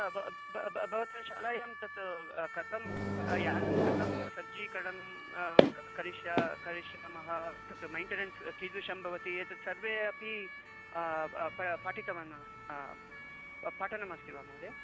न भवतः शालायां तत् कथं यानं कथं सज्जीकरणं करिष्यति करिष्यामः तत् मेन्टनेन्स् कीदृशं भवति एतत् सर्वे अपि प पठितवान् पठनमस्ति वा महोदय